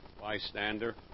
bystander